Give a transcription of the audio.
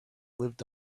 lived